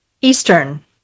Eastern